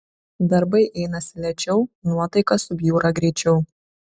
darbai einasi lėčiau nuotaika subjūra greičiau